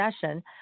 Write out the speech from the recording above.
session